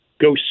go